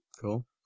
Cool